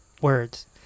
words